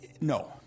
No